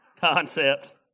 concept